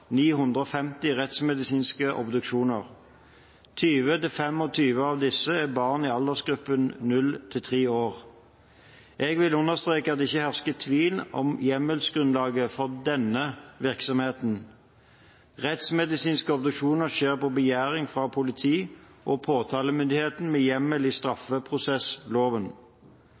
950 rettsmedisinske obduksjoner. 20–25 av disse er av barn i aldersgruppen 0–3 år. Jeg vil understreke at det ikke hersker tvil om hjemmelsgrunnlaget for denne virksomheten. Rettsmedisinske obduksjoner skjer på begjæring fra politi og påtalemyndigheten med hjemmel i straffeprosessloven.